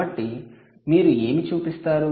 కాబట్టి మీరు ఏమి చూపిస్తారు